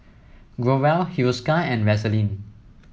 Growell Hiruscar and Vaselin